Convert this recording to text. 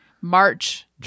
March